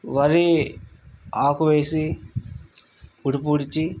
వరి ఆకువేసి పుడుపూడ్చి